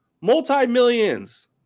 multi-millions